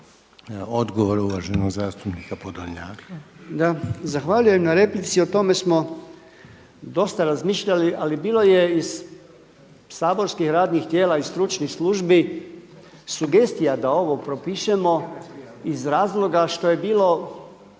Odgovor uvaženog zastupnika Podolnjaka.